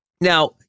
Now